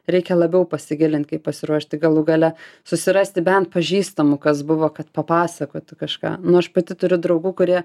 reikia labiau pasigilint kaip pasiruošti galų gale susirasti bent pažįstamų kas buvo kad papasakotų kažką nu aš pati turiu draugų kurie